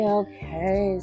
okay